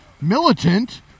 Militant